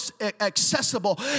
accessible